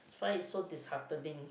find it so disheartening